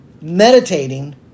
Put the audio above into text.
meditating